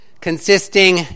consisting